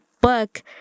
book